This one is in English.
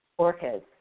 Orcas